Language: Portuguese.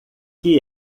que